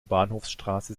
bahnhofsstraße